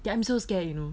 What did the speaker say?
then I'm so scared you know